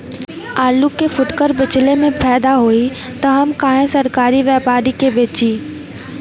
आलू के फूटकर बेंचले मे फैदा होई त हम काहे सरकारी व्यपरी के बेंचि?